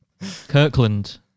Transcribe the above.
kirkland